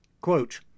Quote